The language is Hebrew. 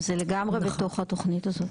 זה לגמרי בתוך התוכנית הזאת.